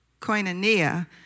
koinonia